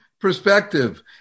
perspective